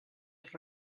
els